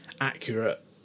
accurate